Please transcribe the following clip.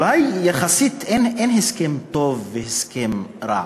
אולי יחסית אין הסכם טוב והסכם רע.